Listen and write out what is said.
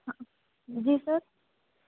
हाँ जी सर